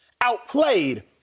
outplayed